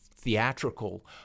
theatrical